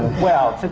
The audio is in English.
well,